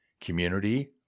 community